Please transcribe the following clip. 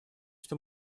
что